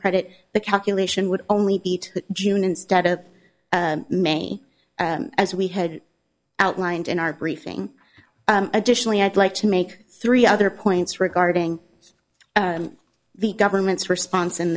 credit the calculation would only be to june instead of may as we had outlined in our briefing additionally i'd like to make three other points regarding the government's response in